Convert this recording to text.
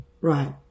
Right